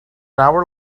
hour